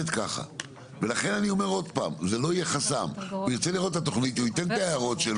אני רק רציתי לומר שהפסיקה הענפה שקיימת באמת מתי תינתן רשות,